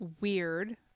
weird